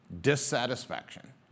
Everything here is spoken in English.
Dissatisfaction